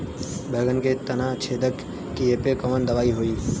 बैगन के तना छेदक कियेपे कवन दवाई होई?